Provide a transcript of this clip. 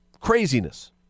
craziness